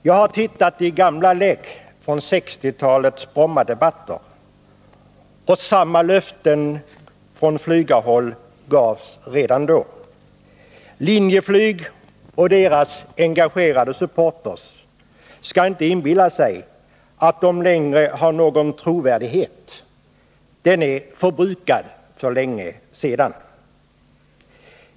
Jag har tittat i gamla lägg från 1960-talets Brommadebatter, och samma löften från flygarhåll gavs redan då. Linjeflyg och deras engagerade supportrar skall inte inbilla sig att de längre har någon trovärdighet. Den är förbrukad för länge sedan.